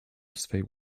swej